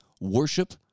worship